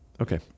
Okay